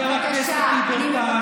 חבר הכנסת יברקן, היה לך די והותר זמן.